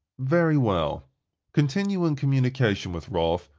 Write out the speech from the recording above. very well continue in communication with rolf,